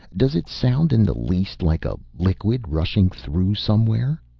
does it sound in the least like a liquid rushing through somewhere?